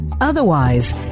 Otherwise